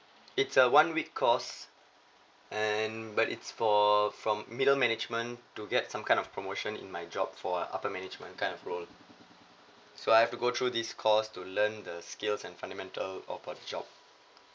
it's a one week course and but it's for from middle management to get some kind of promotion in my job for upper management kind of role so I have to go through this course to learn the skills and fundamental or for the job